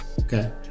Okay